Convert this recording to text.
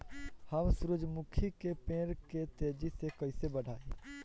हम सुरुजमुखी के पेड़ के तेजी से कईसे बढ़ाई?